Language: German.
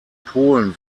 polen